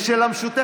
יש גם של המשותפת.